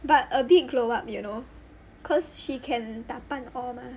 but a big glow up you know cause she can 打扮 all mah